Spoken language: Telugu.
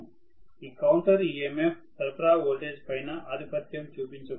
ఈ కౌంటర్ EMF సరఫరా వోల్టేజి పైన ఆధిపత్యం చూపించకూడదు